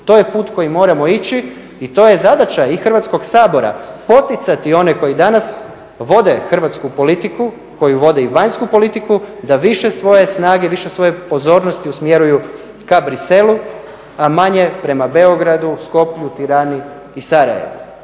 to je put kojim moramo ići i to je zadaća i Hrvatskog sabora, poticati one koji danas vode hrvatsku politiku, koji vode i vanjsku politiku da više svoje snage, više svoje pozornosti usmjeruju ka Briselu a manje prema Beogradu, Skopju, Tirani i Sarajevu.